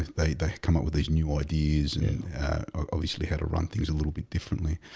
they they come up with these new ideas and obviously had a run things a little bit differently.